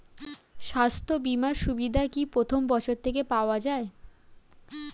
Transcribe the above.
স্বাস্থ্য বীমার সুবিধা কি প্রথম বছর থেকে পাওয়া যায়?